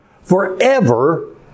forever